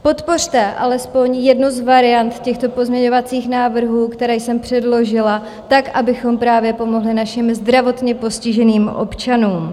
Podpořte alespoň jednu z variant těchto pozměňovacích návrhů, které jsem předložila, tak, abychom právě pomohli našim zdravotně postiženým občanům.